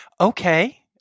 okay